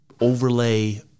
overlay